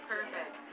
Perfect